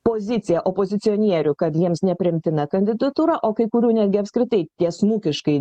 pozicija opozicionierių kad jiems nepriimtina kandidatūra o kai kurių netgi apskritai tiesmukiškai